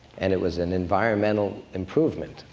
and it was an environmental improvement,